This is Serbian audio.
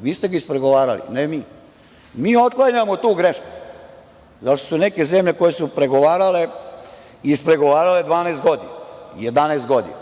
Vi ste ga ispregovarali, ne mi. Mi otklanjamo tu grešku, zato što su neke zemlje koje su pregovarale, ispregovarale 12 godina, 11 godina.